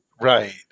Right